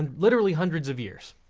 and literally hundreds of years.